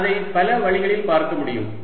நான் அதை பல வழிகளில் பார்க்க முடியும்